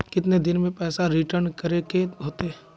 कितने दिन में पैसा रिटर्न करे के होते?